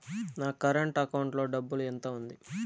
నా current account లో డబ్బులు ఎంత ఉంది?